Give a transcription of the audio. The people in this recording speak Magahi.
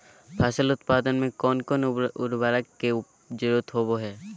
फसल उत्पादन में कोन कोन उर्वरक के जरुरत होवय हैय?